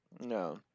No